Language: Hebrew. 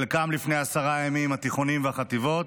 חלקם לפני עשרה ימים, התיכונים והחטיבות,